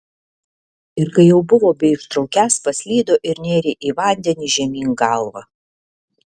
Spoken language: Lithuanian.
ir kai jau buvo beištraukiąs paslydo ir nėrė į vandenį žemyn galva